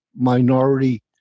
minority